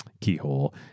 keyhole